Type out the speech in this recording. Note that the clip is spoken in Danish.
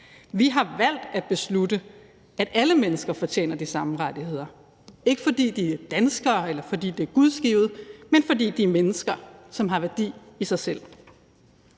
Vi har valgt at beslutte, at alle mennesker fortjener de samme rettigheder, ikke fordi de er danskere, eller fordi det er gudgivet, men fordi de er mennesker, som har værdi i sig selv.